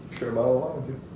share a bottle